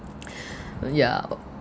yeah